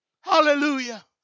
Hallelujah